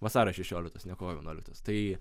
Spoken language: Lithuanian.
vasario šešioliktos ne kovo vienuoliktos tai